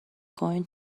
going